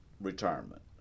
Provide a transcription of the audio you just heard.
retirement